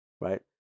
right